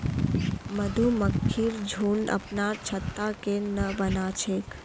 मधुमक्खिर झुंड अपनार छत्ता केन न बना छेक